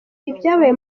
ibyabaye